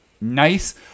nice